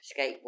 skateboard